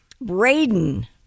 Braden